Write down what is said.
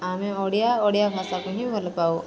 ଆମେ ଓଡ଼ିଆ ଓଡ଼ିଆ ଭାଷାକୁ ହିଁ ଭଲ ପାଉ